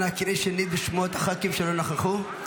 אנא קראי שנית בשמות חברי הכנסת שלא נכחו.